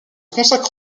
consacre